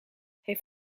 heeft